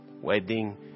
Wedding